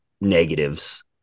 negatives